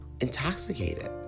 intoxicated